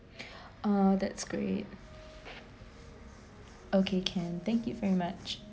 oh that's great okay can thank you very much